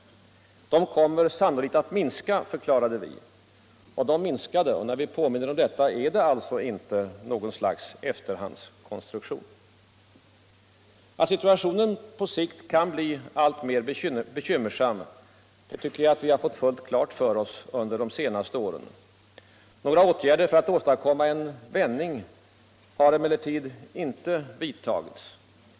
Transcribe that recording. De kommer sannolikt att minska, förklarade vi. Och de minskade. När vi påminner om detta är det alltså inte fråga om något slags efterhandskonstruktion. Att situationen på sikt blir alltmer bekymmersam tycker jag att vi har fått fullt klart för oss under de senaste åren. Några åtgärder för att åstadkomma en vändning har emellertid inte vidtagits.